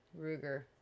Ruger